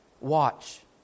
Watch